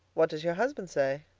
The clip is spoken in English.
what does your husband say?